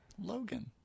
logan